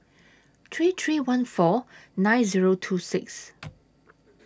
three three one four nine Zero two six